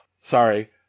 sorry